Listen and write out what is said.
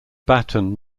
baton